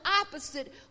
opposite